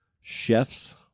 Chefs